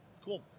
Cool